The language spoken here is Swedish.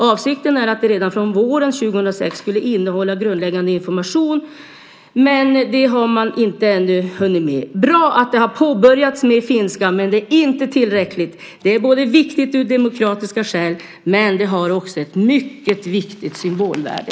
Avsikten är att den redan från våren 2006 skulle innehålla grundläggande information på de nationella minoritetsspråken, men det har man ännu inte hunnit med. Det är bra att detta har påbörjats med finska, men det är inte tillräckligt. Det är viktigt av demokratiska skäl, men det har också ett mycket stort symbolvärde.